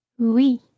Oui